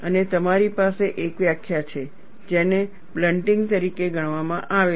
અને તમારી પાસે એક વ્યાખ્યા છે જેને blunting તરીકે ગણવામાં આવે છે